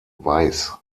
weiß